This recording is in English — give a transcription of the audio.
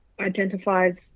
identifies